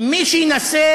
מי שינסה